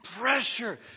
pressure